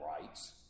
rights